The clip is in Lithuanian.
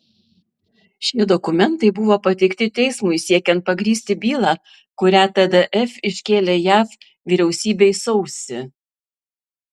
šie dokumentai buvo pateikti teismui siekiant pagrįsti bylą kurią tdf iškėlė jav vyriausybei sausį